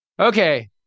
Okay